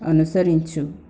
అనుసరించు